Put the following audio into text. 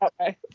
Okay